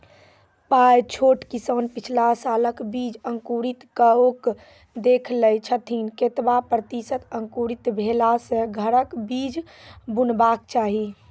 प्रायः छोट किसान पिछला सालक बीज अंकुरित कअक देख लै छथिन, केतबा प्रतिसत अंकुरित भेला सऽ घरक बीज बुनबाक चाही?